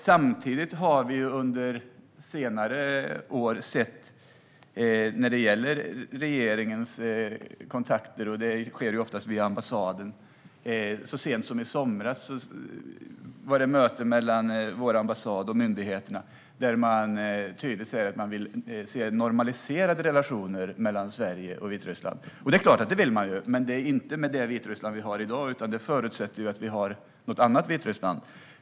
Samtidigt har vi under senare år när det gäller regeringens kontakter, som ofta sker via ambassaden, sett något annat. Så sent som i somras var det ett möte mellan Sveriges ambassad och myndigheterna där man tydligt sa att man vill se normaliserade relationer mellan Sverige och Vitryssland. Och det är klart att man vill. Men det handlar då inte om det Vitryssland vi ser i dag, utan det förutsätter att det blir ett annat Vitryssland.